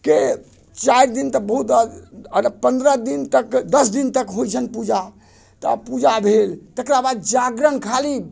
के चारि दिन तऽ बहुत पन्द्रह दिन तक दस दिन तक होइ छनि पूजा तऽ पूजा भेल तेकरा बाद जागरण खाली